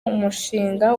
umushinga